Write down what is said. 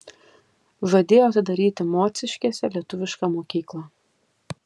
žadėjo atidaryti mociškėse lietuvišką mokyklą